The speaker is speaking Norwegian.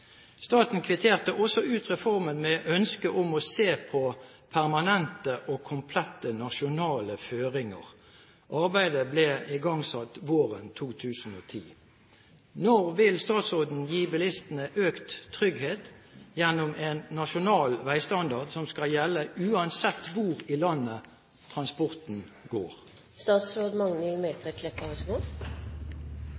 Staten kvitterte også ut reformen med ønske om å se på permanente og komplette nasjonale føringer. Arbeidet ble igangsatt våren 2010. Når vil statsråden gi bilistene økt trygghet gjennom en nasjonal veistandard som skal gjelde uansett hvor i landet transporten